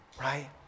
right